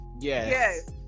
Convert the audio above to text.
Yes